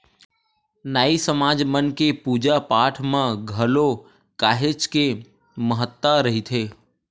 नाई समाज मन के पूजा पाठ म घलो काहेच के महत्ता रहिथे